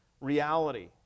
reality